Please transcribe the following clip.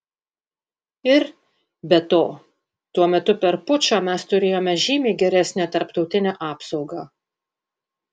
ir be to tuo metu per pučą mes turėjome žymiai geresnę tarptautinę apsaugą